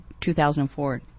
2004